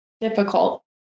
difficult